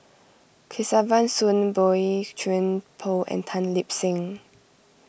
Kesavan Soon Boey Chuan Poh and Tan Lip Seng